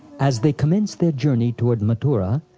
as they commenced their journey toward mathura,